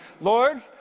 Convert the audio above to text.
Lord